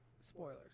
spoilers